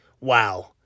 wow